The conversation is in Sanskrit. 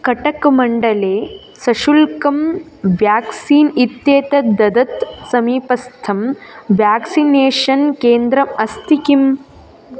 कटक्मण्डले सशुल्कं व्याक्सीन् इत्येतत् ददत् समीपस्थं व्याक्सिनेषन् केन्द्रम् अस्ति किम्